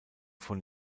von